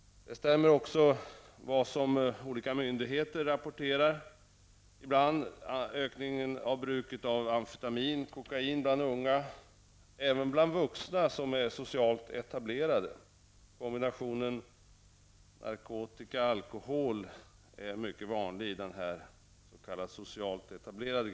Detta stämmer också med vad olika myndigheter ibland rapporterar om ökningen av bruket av amfetamin och kokain bland unga och även bland vuxna som är socialt etablerade. Kombinationen narkotika--alkohol är mycket vanlig i denna s.k.